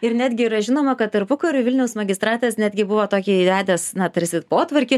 ir netgi yra žinoma kad tarpukariu vilniaus magistratas netgi buvo tokį įvedęs na tarsi potvarkį